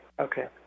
okay